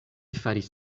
faris